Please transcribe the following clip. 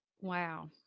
wow